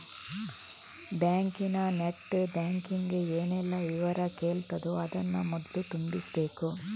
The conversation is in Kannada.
ಬ್ಯಾಂಕಿನ ನೆಟ್ ಬ್ಯಾಂಕಿಂಗ್ ಏನೆಲ್ಲ ವಿವರ ಕೇಳ್ತದೋ ಅದನ್ನ ಮೊದ್ಲು ತುಂಬಿಸ್ಬೇಕು